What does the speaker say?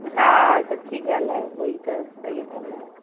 हा सच्ची ॻाल्हि आहे उओ ई त सही ॻाल्हि आहे